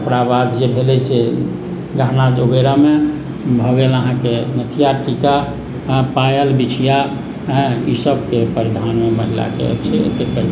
ओकराबाद जे भेलै से गहना वगैरहमे भऽ गेल अहाँकेँ नथिआ टीका पायल बिछिया हँ ई सबके परिधानमे महिलाके होइत छै एतेक